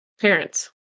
parents